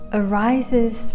arises